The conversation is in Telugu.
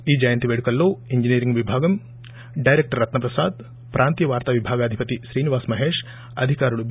ఈ జయంతి పేడుకల్లో ఇంజనీరింగ్ విభాగం డైరెక్టర్ రత్స ప్రసాద్ ప్రాంతీయ వార్తా విభాగాధిపతి శ్రీనివాస మహేష్ అధికారులు బి